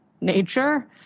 nature